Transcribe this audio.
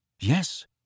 Yes